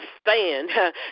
stand